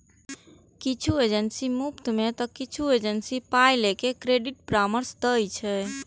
किछु एजेंसी मुफ्त मे तं किछु एजेंसी पाइ लए के क्रेडिट परामर्श दै छै